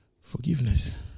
Forgiveness